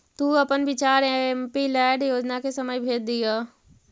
तु अपन विचार एमपीलैड योजना के समय भेज दियह